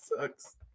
sucks